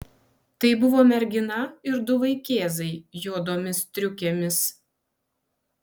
tai buvo mergina ir du vaikėzai juodomis striukėmis